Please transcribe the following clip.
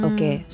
Okay